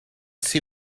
see